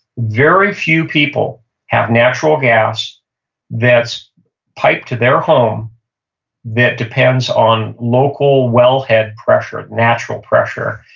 very few people have natural gas that's piped to their home that depends on local wellhead pressure, natural pressure.